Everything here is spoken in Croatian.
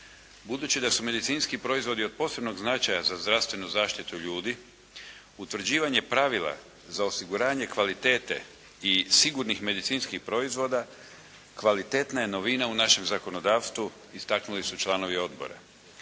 Budući da su medicinski proizvodi od posebnog značaja za zdravstvenu zaštitu ljudi utvrđivanje pravila za osiguranje kvalitete i sigurnih medicinskih proizvoda kvalitetna je novina u našem zakonodavstvu istaknuli su članovi odbora.